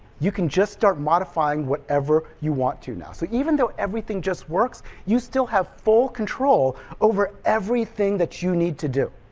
you can start modifying whatever you want to now. so even though everything just works, you still have full control over everything that you need to do.